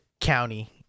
county